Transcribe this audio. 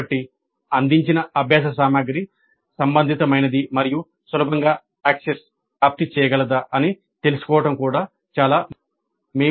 కాబట్టి అందించిన అభ్యాస సామగ్రి సంబంధితమైనది మరియు సులభంగా ప్రాప్తి చేయగలదా అని తెలుసుకోవడం చాలా ముఖ్యం